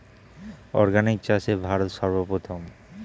organic চাষে ভারত সর্বপ্রথম